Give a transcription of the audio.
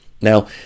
now